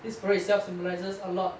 this parade itself symbolizes a lot